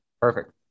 Perfect